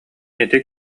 ити